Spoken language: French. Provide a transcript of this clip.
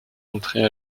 montrées